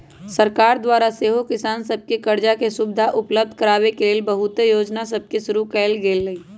सरकार द्वारा सेहो किसान सभके करजा के सुभिधा उपलब्ध कराबे के लेल बहुते जोजना सभके शुरु कएल गेल हइ